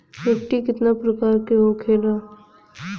मिट्टी कितना प्रकार के होखेला?